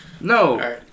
No